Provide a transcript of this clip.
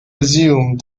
assumed